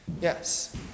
Yes